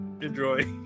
Enjoy